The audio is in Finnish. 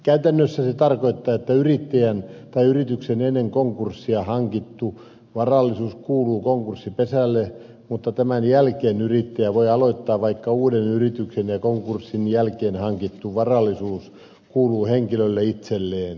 käytännössä se tarkoittaa että yrittäjän tai yrityksen ennen konkurssia hankittu varallisuus kuuluu konkurssipesälle mutta tämän jälkeen yrittäjä voi aloittaa vaikka uuden yrityksen ja konkurssin jälkeen hankittu varallisuus kuuluu henkilölle itselleen